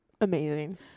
amazing